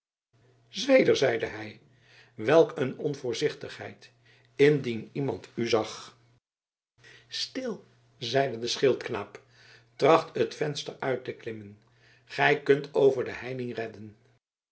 zweder zeide hij welk een onvoorzichtigheid indien iemand u zag stil zeide de schildknaap tracht het venster uit te klimmen gij kunt u over de heining redden